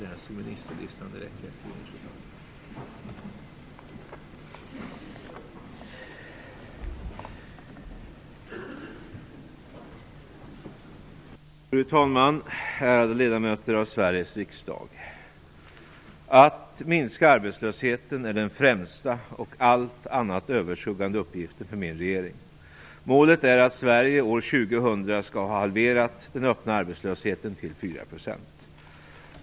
Fru talman, ärade ledamöter av Sveriges riksdag! Att minska arbetslösheten är den främsta och allt annat överskuggande uppgiften för min regering. Målet är att Sverige år 2000 skall ha halverat den öppna arbetslösheten till 4 %.